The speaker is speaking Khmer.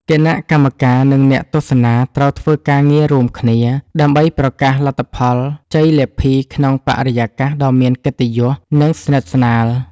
គណៈកម្មការ និងអ្នកទស្សនាត្រូវធ្វើការងាររួមគ្នា ដើម្បីប្រកាសលទ្ធផលជ័យលាភីក្នុងបរិយាកាសដ៏មានកិត្តិយស និងស្និទ្ធស្នាល។